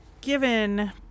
given